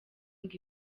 ngo